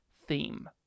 theme